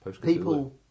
people